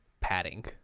padding